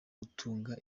gutunga